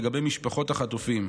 לגבי משפחות החטופים,